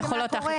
על יכולות האכיפה.